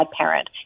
parent